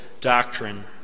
doctrine